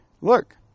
look